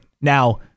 Now